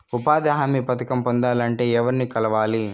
ఉపాధి హామీ పథకం పొందాలంటే ఎవర్ని కలవాలి?